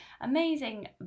amazing